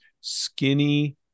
skinny